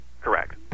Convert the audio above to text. Correct